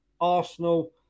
Arsenal